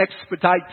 expedite